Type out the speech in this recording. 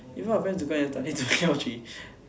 in front of friends to go and L_G